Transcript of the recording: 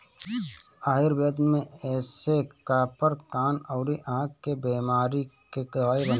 आयुर्वेद में एसे कपार, कान अउरी आंख के बेमारी के दवाई बनेला